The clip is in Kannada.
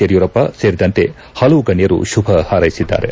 ಯಡಿಯೂರಪ್ಪ ಸೇರಿದಂತೆ ಹಲವು ಗಣ್ಯರು ಶುಭ ಹಾರೈಸಿದ್ದಾರೆ